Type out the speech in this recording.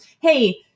Hey